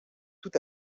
tout